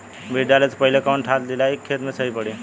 बीज डाले से पहिले कवन खाद्य दियायी खेत में त सही पड़ी?